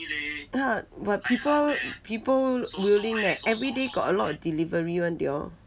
ha but people people willing leh everyday got a lot of delivery [one] they all